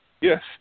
Yes